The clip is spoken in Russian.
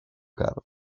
карта